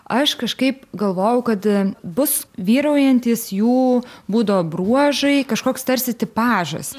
aš kažkaip galvojau kad bus vyraujantys jų būdo bruožai kažkoks tarsi tipažas